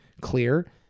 clear